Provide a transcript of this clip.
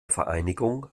vereinigung